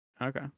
Okay